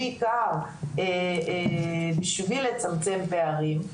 בעיקר בשביל לצמצם פערים,